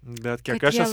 bet kiek aš esu